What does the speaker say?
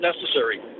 necessary